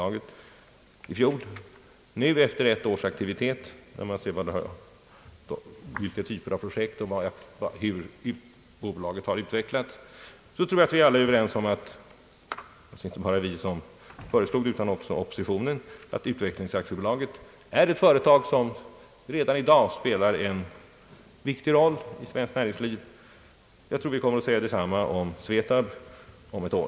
Jag tror att vi nu — inte bara vi som framlagt förslaget om utvecklingsbolaget utan även den borgerliga oppositionen — är överens om att utvecklingsbolaget efter det att bolaget har ett års aktivitet bakom sig och när vi har sett vilka typer av projekt det varit fråga om och hur bolaget har utvecklats är ett företag som spelar en viktig roll i svenskt näringsliv. Jag tror att vi kommer att få höra flera positiva omdömen om SVETAB om ett år.